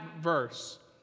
verse